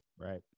Right